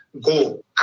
go